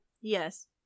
Yes